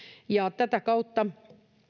ja tätä kautta